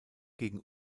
gegen